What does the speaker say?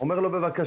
אומר להם 'בבקשה,